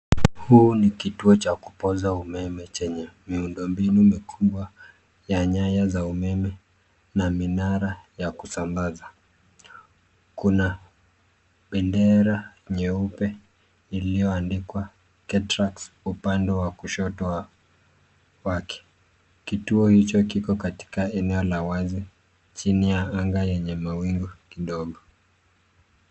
Huu ni kituo wa kupoza umeme chenye miundo mbinu mikubwa za nyaya za umeme na minara ya kusambaza. Kuna bendera nyeupe iliyoandikwa Ketrax upande wa kushoto wake. Kituo hicho kiko katika eneo la wazi chini ya anga yenye mawingu kidogo.